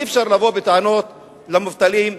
אי-אפשר לבוא בטענות למובטלים,